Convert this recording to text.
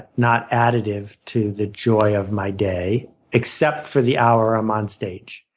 not additive to the joy of my day except for the hour i'm on stage.